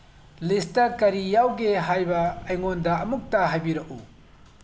list ꯀꯔꯤ ꯌꯥꯎꯒꯦ ꯍꯥꯏꯕ ꯑꯩꯉꯣꯟꯗ ꯑꯃꯨꯛꯇ ꯍꯥꯏꯕꯤꯔꯛꯎ